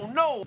no